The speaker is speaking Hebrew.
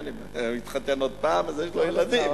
אם הוא התחתן עוד פעם יש לו ילדים